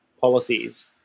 policies